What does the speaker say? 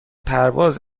پرواز